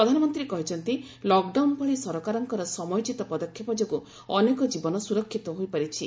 ପ୍ରଧାନମନ୍ତ୍ରୀ କହିଛନ୍ତି ଲକ୍ଡାଉନ୍ ଭଳି ସରକାରଙ୍କର ସମୟୋଚିତ ପଦକ୍ଷେପ ଯୋଗୁଁ ଅନେକ ଜୀବନ ସୁରକ୍ଷିତ ହୋଇପାରିଛି